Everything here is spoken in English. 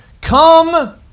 Come